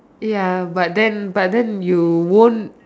ya but then but then you won't